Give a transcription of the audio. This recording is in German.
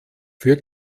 für